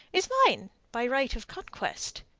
is mine by right of conquest.